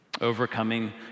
overcoming